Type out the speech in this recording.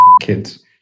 kids